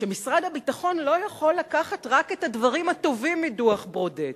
שמשרד הביטחון לא יכול לקחת רק את הדברים הטובים מדוח-ברודט.